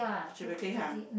should be okay ha